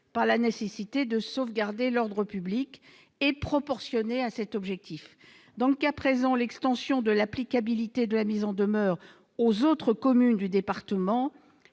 par la nécessité de sauvegarder l'ordre public et proportionnées à cet objectif. Dans le cas présent, l'extension de l'applicabilité de la mise en demeure aux autres communes du département